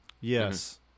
Yes